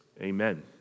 Amen